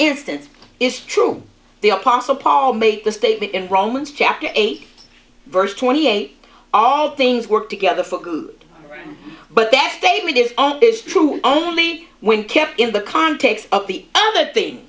instance is true the apostle paul made the statement in romans chapter eight verse twenty eight all things work together for good but that statement is true only when kept in the context of the other thing